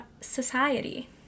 society